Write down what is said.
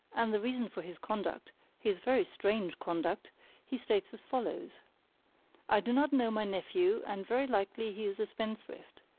and the reason for his conduct his very strange conduct he states as follows i do not know my nephew, and very likely he is a spendthrift.